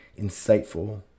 insightful